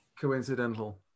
Coincidental